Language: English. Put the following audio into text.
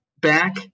back